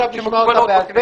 עכשיו נשמע אותו בעל פה,